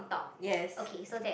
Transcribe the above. yes